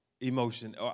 emotion